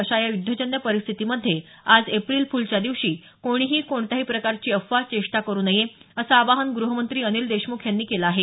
अशा या युध्दजन्य परिस्थितीमध्ये आज एप्रिल फुलच्या दिवशी कोणीही कोणत्याही प्रकारची अफवा चेष्टा करू नये असं आवाहन ग्रहमंत्री अनिल देशमुख यांनी केलं आहे